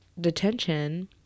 detention